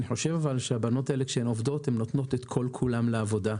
אבל אני חושב שכשהבנות האלה עובדות הן נותנות את כל כולן לעבודה.